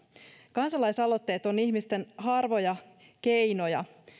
kansalaisaloitteet ovat ihmisten harvoja keinoja